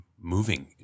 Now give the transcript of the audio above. moving